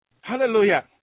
Hallelujah